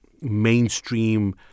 mainstream